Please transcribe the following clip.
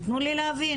תתנו לי להבין.